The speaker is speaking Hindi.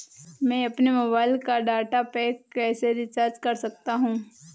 मैं अपने मोबाइल का डाटा पैक कैसे रीचार्ज कर सकता हूँ?